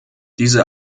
diese